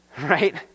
right